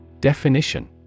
Definition